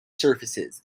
surfaces